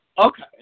Okay